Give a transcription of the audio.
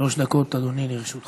בבקשה, שלוש דקות לרשותך.